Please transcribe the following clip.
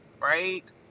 Right